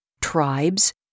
tribes